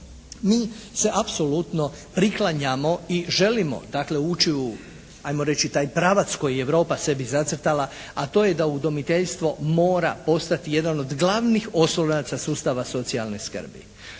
Mi se apsolutno priklanjamo i želimo dakle ući u ajmo reći taj pravac koji je Europa sebi zacrtala a to je da udomiteljstvo mora postati jedan od glavnih oslonaca sustava socijalne skrbi.